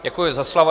Děkuji za slovo.